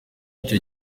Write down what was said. icyo